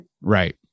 right